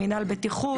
למנהל בטיחות,